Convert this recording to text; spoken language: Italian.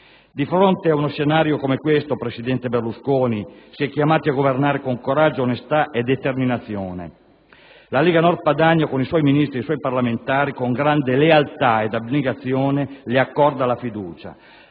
Di fronte ad uno scenario come questo, presidente Berlusconi, si è chiamati a governare con coraggio, onestà e determinazione. La Lega Nord Padania, con suoi Ministri e parlamentari, con grande lealtà e abnegazione le accorda la fiducia.